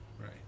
Right